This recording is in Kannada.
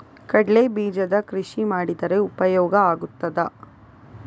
ಕಡ್ಲೆ ಬೀಜದ ಕೃಷಿ ಮಾಡಿದರೆ ಉಪಯೋಗ ಆಗುತ್ತದಾ?